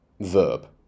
verb